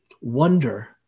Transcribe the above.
wonder